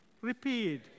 Repeat